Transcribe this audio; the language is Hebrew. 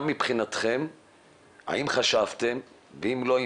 האם חשבתם ואם לא,